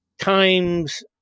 Times